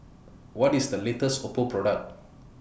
What IS The latest Oppo Product